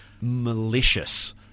malicious